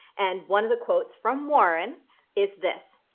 and one of the quotes from warren is this,